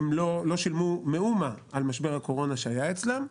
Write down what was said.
הם לא שילמו מאומה על משבר הקורונה שהיה אצלם.